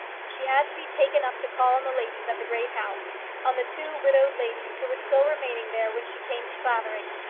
she had to be taken up to call on the ladies at the great house on the two widowed ladies who were still remaining there when she came to clavering.